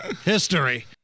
history